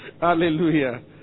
Hallelujah